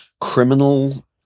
criminal